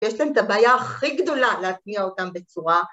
ויש להם את הבעיה הכי גדולה להטמיע אותם בצורה.